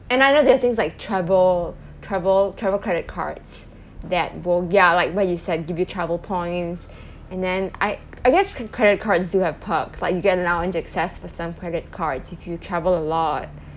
and I know there are things like travel travel travel credit cards that will ya like what you said give you travel points and then I I guess credit cards do have perks like you get lounge access for some credit cards if you travel a lot